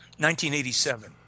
1987